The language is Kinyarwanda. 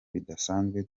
bidasanzwe